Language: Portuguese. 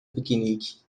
piquenique